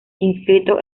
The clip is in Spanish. inscrito